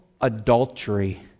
adultery